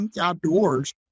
outdoors